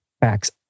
backs